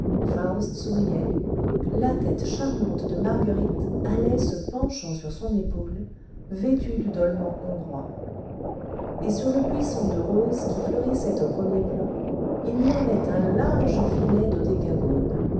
faust souriait la tète charmante de marguerite allait se penchant sur son épaule vêtue du dolman hongrois et sur le buisson de roses qui fleurissait au premier plan il y avait un large filet